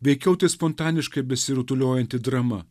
veikiau tai spontaniškai besirutuliojanti drama